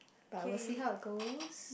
but I will see how it goes